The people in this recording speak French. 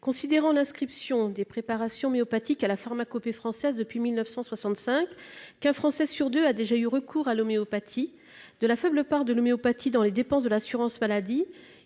Eu égard à l'inscription des préparations homéopathiques à la pharmacopée française depuis 1965, au fait qu'un Français sur deux a déjà eu recours à l'homéopathie et à la faible part de celle-ci dans les dépenses de l'assurance maladie,